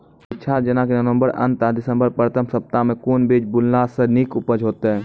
पीछात जेनाकि नवम्बर अंत आ दिसम्बर प्रथम सप्ताह मे कून बीज बुनलास नीक उपज हेते?